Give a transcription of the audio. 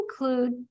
include